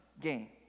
gain